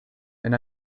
and